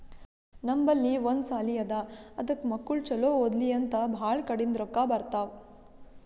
ನಮ್ ಬಲ್ಲಿ ಒಂದ್ ಸಾಲಿ ಅದಾ ಅದಕ್ ಮಕ್ಕುಳ್ ಛಲೋ ಓದ್ಲಿ ಅಂತ್ ಭಾಳ ಕಡಿಂದ್ ರೊಕ್ಕಾ ಬರ್ತಾವ್